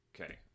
Okay